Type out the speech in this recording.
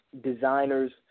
designers